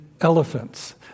elephants